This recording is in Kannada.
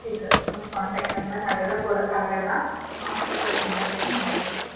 ಇಲ್ಲ ನಮ್ಮ ಕಾಂಟಾಕ್ಟ್ ನಂಬರ್ ಹಾಗೆಲ್ಲ ಕೊಡೋಕ್ಕಾಗಲ್ಲ ಆಸ್ಪಿಟಲ್ ನಂಬರಿಗೆ ಮಾಡಬೇಕು